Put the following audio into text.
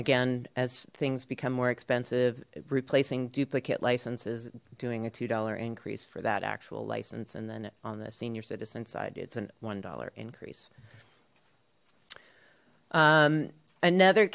again as things become more expensive replacing duplicate licenses doing a two dollars increase for that actual license and then on the senior citizen side it's an one dollar increase another